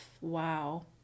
Wow